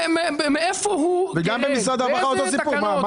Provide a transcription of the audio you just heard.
גם במשרד הרווחה אותו סיפור.